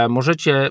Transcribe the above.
Możecie